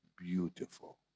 beautiful